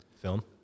film